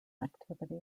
activity